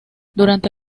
durante